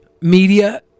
media